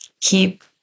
keep